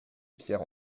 pierres